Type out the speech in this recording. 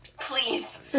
please